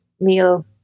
meal